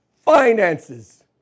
finances